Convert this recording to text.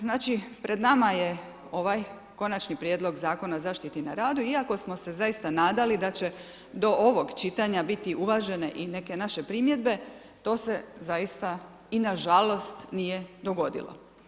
Znači pred nama je ovaj Konačni prijedlog zakona zaštite na radu iako smo se zaista nadali da će do ovog čitanja biti uvažene i neke vaše primjedbe, to se zaista i na žalost nije dogodilo.